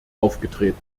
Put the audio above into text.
aufgetreten